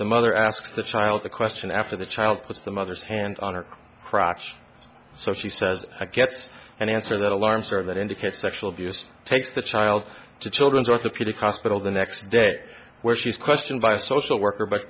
the mother asks the child the question after the child puts the mother's hand on her crotch so she says i gets an answer that alarms or that indicate sexual abuse takes the child to children's orthopedic hospital the next day where she's questioned by a social worker but